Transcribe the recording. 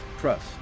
trust